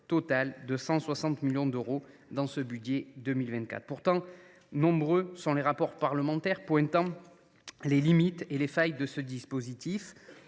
totale de 160 millions d’euros dans ce budget 2024. Pourtant, nombreux sont les rapports d’information parlementaires pointant les limites et les failles de ce dispositif.